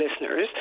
listeners